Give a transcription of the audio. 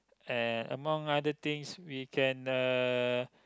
and among other things we can uh